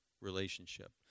relationship